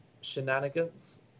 shenanigans